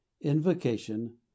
invocation